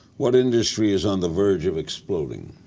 what industry is on the verge of exploding?